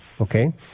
okay